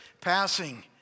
passing